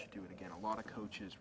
should do it again a lot of coaches